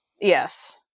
yes